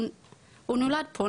"הוא נולד פה,